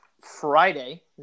Friday